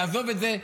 תעזוב את זה,